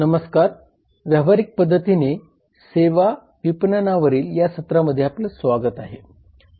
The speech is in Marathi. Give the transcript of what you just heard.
नमस्कार व्यावहारिक पध्दतीने सेवा विपणनावरील या सत्रामध्ये आपले स्वागत आहे